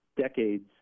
decades